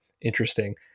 interesting